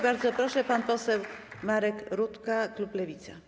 Bardzo proszę, pan poseł Marek Rutka, klub Lewica.